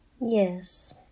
Yes